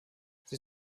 sie